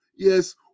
Yes